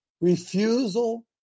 Refusal